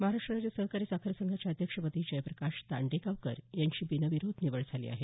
महाराष्ट्र राज्य सहकारी साखर संघाच्या अध्यक्षपदी विजयप्रकाश दांडेगावकर यांची बिनविरोध निवड झाली आहे